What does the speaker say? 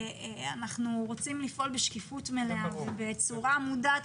אנחנו רוצים לפעול בשקיפות מלאה ובצורה מודעת